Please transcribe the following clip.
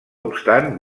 obstant